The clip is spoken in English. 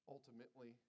Ultimately